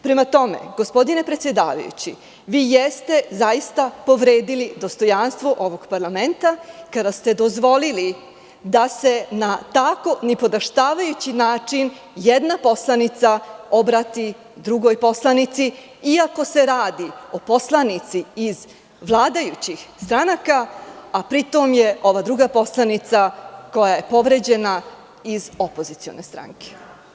Prema tome, gospodine predsedavajući, vi jeste zaista povredili dostojanstvo ovog parlamenta kada ste dozvolili da se na tako nipodaštavajući način jedna poslanica obrati drugoj poslanici, iako se radi o poslanici iz vladajućih stranaka a pri tom je ova druga poslanica koja je povređena iz opozicione stranke.